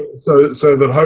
so so that